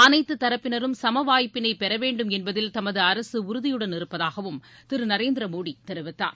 அனைத்து தரப்பினரும் சமவாய்ப்பினை பெறவேண்டும் என்பதில் தமது அரசு உறுதியுடன் இருப்பதாகவும் திரு நரேந்திர மோடி தெரிவித்தார்